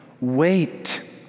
wait